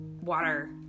water